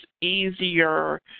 easier